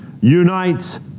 unites